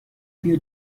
بیا